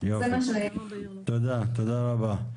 תודה רבה.